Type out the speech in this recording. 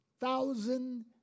thousand